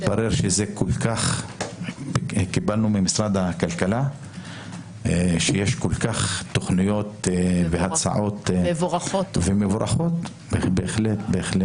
קיבלנו ממשרד הכלכלה שיש תכניות והצעות מבורכות בהחלט.